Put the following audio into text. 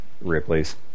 Ripley's